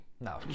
No